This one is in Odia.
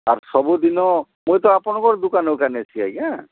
ଆର୍ ସବୁଦିନ ମୁଇଁ ତ ଆପଣଙ୍କର ଦୋକାନରୁ ଆକା ନେଇଛି ଆଜ୍ଞା